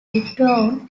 withdrawn